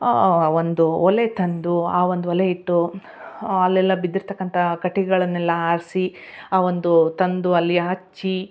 ಒಂದು ಒಲೆ ತಂದು ಆ ಒಂದು ಒಲೆ ಇಟ್ಟು ಅಲ್ಲೆಲ್ಲ ಬಿದ್ದಿರ್ತ್ತಕ್ಕಂಥ ಕಟ್ಟಿಗೆಗಳನ್ನೆಲ್ಲ ಆರಿಸಿ ಆ ಒಂದು ತಂದು ಅಲ್ಲಿ ಹಚ್ಚಿ